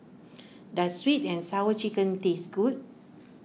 does Sweet and Sour Chicken taste good